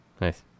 Nice